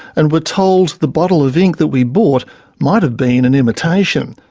and were told the bottle of ink that we bought might have been an imitation,